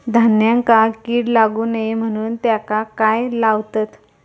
धान्यांका कीड लागू नये म्हणून त्याका काय लावतत?